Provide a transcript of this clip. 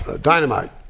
dynamite